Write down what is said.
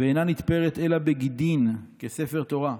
ואינה נתפרת אלא בגידין, כספר תורה"